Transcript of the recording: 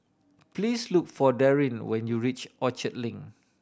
please look for Daryn when you reach Orchard Link